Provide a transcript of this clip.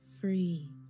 free